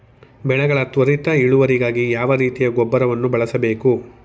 ಬೆಳೆಗಳ ತ್ವರಿತ ಇಳುವರಿಗಾಗಿ ಯಾವ ರೀತಿಯ ಗೊಬ್ಬರವನ್ನು ಬಳಸಬೇಕು?